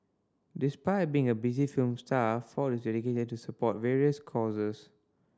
despite being a busy film star Ford is dedicated to support various causes